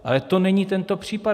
Ale to není tento případ.